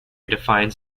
defines